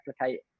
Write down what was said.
replicate